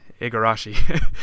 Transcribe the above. Igarashi